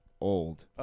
old